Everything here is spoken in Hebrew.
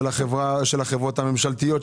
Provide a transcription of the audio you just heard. של החברות הממשלתיות,